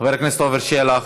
חבר הכנסת עפר שלח,